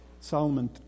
Solomon